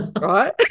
right